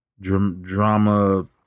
drama